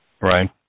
Right